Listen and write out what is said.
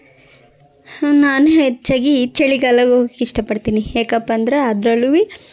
ನಾನು ಹೆಚ್ಚಾಗಿ ಚಳಿಗಾಲಕ್ಕೆ ಹೋಗೋಕ್ ಇಷ್ಟಪಡ್ತೀನಿ ಯಾಕಪ್ಪಂದ್ರೆ ಅದ್ರಲ್ಲೂ